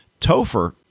Topher